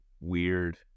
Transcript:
weird